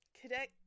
Cadet